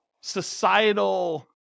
societal